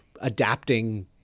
adapting